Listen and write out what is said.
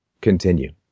continue